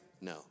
No